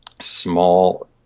small